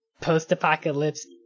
post-apocalypse